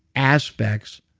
aspects